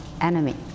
enemy